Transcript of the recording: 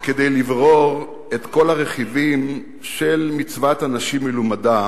כדי לברור את כל הרכיבים של מצוות אנשים מלומדה